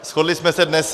Shodli jsme se dnes...